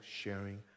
sharing